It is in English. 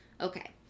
Okay